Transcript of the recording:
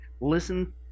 listen